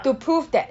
to prove that